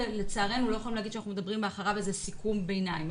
לצערנו לא יכולים לומר שאנחנו מדברים בסיכום ביניים.